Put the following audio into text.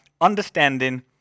understanding